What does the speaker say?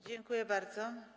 Dziękuję bardzo.